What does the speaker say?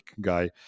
guy